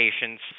patients